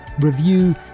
review